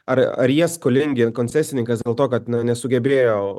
ar ar jie skolingi koncesininkas dėl to kad nesugebėjo